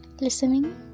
listening